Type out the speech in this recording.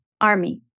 army